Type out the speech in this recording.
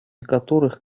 которых